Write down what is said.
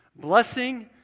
Blessing